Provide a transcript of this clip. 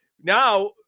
now